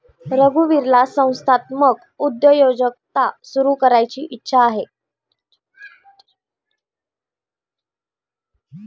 रघुवीरला संस्थात्मक उद्योजकता सुरू करायची इच्छा आहे